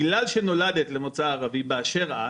בגלל שנולדת למוצא ערבי באשר את,